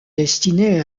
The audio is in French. destiné